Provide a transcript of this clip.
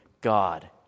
God